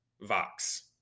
vox